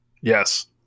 Yes